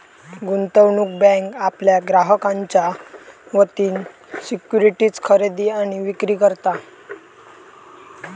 गुंतवणूक बँक आपल्या ग्राहकांच्या वतीन सिक्युरिटीज खरेदी आणि विक्री करता